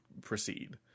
proceed